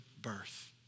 birth